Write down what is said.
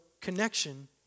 connection